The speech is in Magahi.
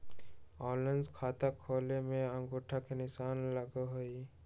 ऑनलाइन खाता खोले में अंगूठा के निशान लगहई?